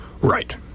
Right